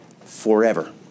forever